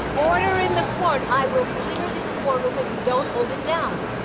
order in the court! i will clear this courtroom if you don't hold it down!